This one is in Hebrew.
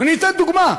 ואני אתן דוגמה,